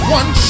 one